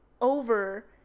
over